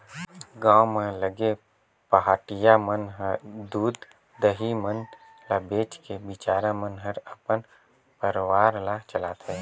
गांव म लगे पहाटिया मन ह दूद, दही मन ल बेच के बिचारा मन हर अपन परवार ल चलाथे